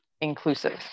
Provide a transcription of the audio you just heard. inclusive